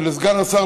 ולסגן השר,